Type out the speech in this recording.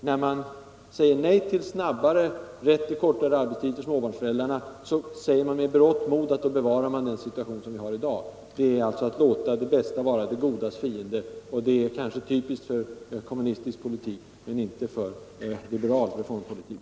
När man säger nej till snabbare rätt till kortare arbetstid för småbarnsföräldrarna, väljer man med berått mod att bevara den situation som Allmänpolitisk debatt Allmänpolitisk debatt vi har I dag. Det är att låta det bästa vara det godas fiende. Det är kanske typiskt för kommunismen men inte för liberal reformpolitik.